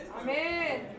Amen